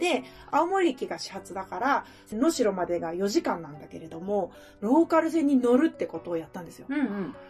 で、青森駅が始発だから、能代までが四時間なんだけれども、ローカル線に乗るってことをやったんですよ。うんうん。